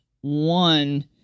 one